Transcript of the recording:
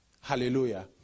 Hallelujah